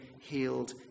healed